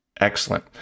Excellent